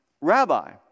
Rabbi